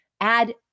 add